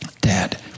Dad